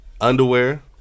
Underwear